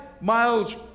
miles